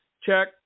check